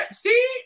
see